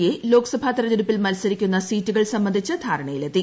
A Lok Sabha തെരഞ്ഞെടുപ്പിൽ മൽസരിക്കുന്ന സീറ്റുക്കൾ സംബന്ധിച്ച് ധാരണയിലെത്തി